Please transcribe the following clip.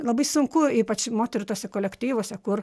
labai sunku ypač moterų tuose kolektyvuose kur